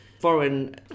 foreign